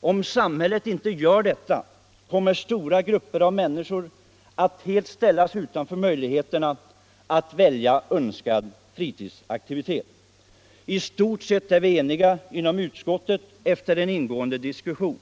Om samhället inte gör detta, kommer stora grupper av människor att helt ställas utanför möjligheterna att välja önskad fritidsaktivitet. I stort sett är vi eniga inom utskottet efter en ingående diskussion.